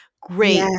great